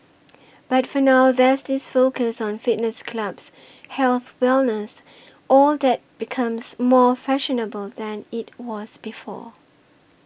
but for now there's this focus on fitness clubs health wellness all that becomes more fashionable than it was before